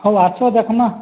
ହଉ ଆସ ଦେଖ୍ମା